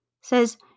says